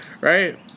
right